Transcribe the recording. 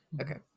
okay